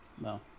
No